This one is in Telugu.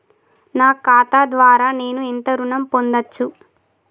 నా ఖాతా ద్వారా నేను ఎంత ఋణం పొందచ్చు?